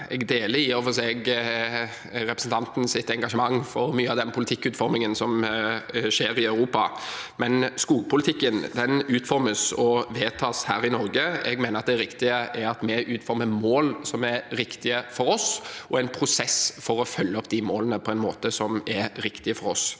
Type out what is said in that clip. Jeg deler i og for seg representantens engasjement for mye av den politikkutformingen som skjer i Europa, men skogpolitikken utformes og vedtas her i Norge. Jeg mener det riktige er at vi utformer mål som er riktige for oss, i en prosess for å følge opp målene på en måte som er riktig for oss.